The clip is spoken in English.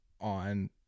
on